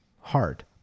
hard